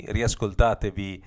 Riascoltatevi